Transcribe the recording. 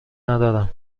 ندارم